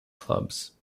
clubs